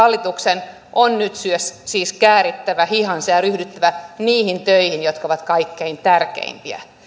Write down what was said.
hallituksen on nyt siis käärittävä hihansa ja ryhdyttävä niihin töihin jotka ovat kaikkein tärkeimpiä